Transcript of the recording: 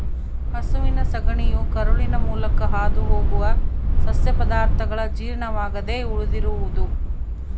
ಹಸುವಿನ ಸಗಣಿಯು ಕರುಳಿನ ಮೂಲಕ ಹಾದುಹೋಗುವ ಸಸ್ಯ ಪದಾರ್ಥಗಳ ಜೀರ್ಣವಾಗದೆ ಉಳಿದಿರುವುದು